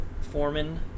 foreman